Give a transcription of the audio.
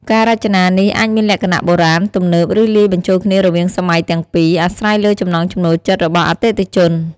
ការរចនានេះអាចមានលក្ខណៈបុរាណ ទំនើប ឬលាយបញ្ចូលគ្នារវាងសម័យទាំងពីរ អាស្រ័យលើចំណង់ចំណូលចិត្តរបស់អតិថិជន។